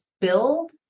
build